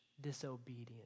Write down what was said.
disobedient